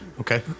Okay